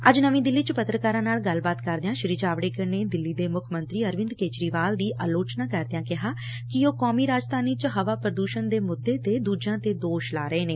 ਅੱਜ ਨਵੀਂ ਦਿੱਲੀ ਚ ਪੱਤਰਕਾਰਾਂ ਨਾਲ ਗੱਲਬਾਤ ਕਰਦਿਆਂ ਸ੍ਰੀ ਜਾਵੜੇਕਰ ਨੇ ਦਿੱਲੀ ਦੇ ਮੁੱਖ ਮੰਤਰੀ ਅਰਵਿੰਦ ਕੇਜਰੀਵਾਲ ਦੀ ਆਲੋਚਨਾ ਕਰਦਿਆਂ ਕਿਹਾ ਕਿ ਉਹ ਕੌਮੀ ਰਾਜਧਾਨੀ ਚ ਹਵਾ ਪ੍ਦੂਸ਼ਣ ਦੇ ਮੁੱਦੇ ਤੇ ਦੂਜਿਆਂ ਤੇ ਦੋਸ਼ ਲਾ ਰਹੇ ਨੇ